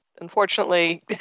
unfortunately